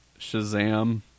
Shazam